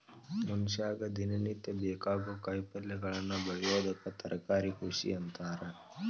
ಮನಷ್ಯಾಗ ದಿನನಿತ್ಯ ಬೇಕಾಗೋ ಕಾಯಿಪಲ್ಯಗಳನ್ನ ಬೆಳಿಯೋದಕ್ಕ ತರಕಾರಿ ಕೃಷಿ ಅಂತಾರ